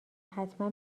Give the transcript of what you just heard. حتما